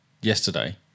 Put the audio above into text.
yesterday